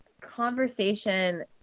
conversation